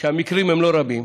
שהמקרים הם לא רבים.